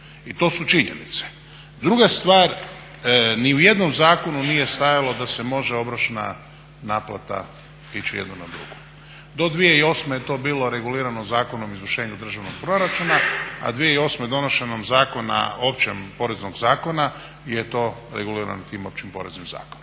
I to su činjenice. Druga stvar, ni u jednom zakonu nije stajalo da se može obročna naplata ići jedna na drugu. Do 2008.godine to je bio regulirano Zakonom o izvršenju državnog proračuna, a 2008.donošenjem Općeg poreznog zakona je to regulirano tim Općim porezom zakona.